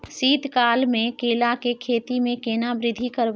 शीत काल मे केला के खेती में केना वृद्धि करबै?